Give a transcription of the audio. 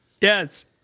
Yes